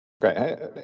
Okay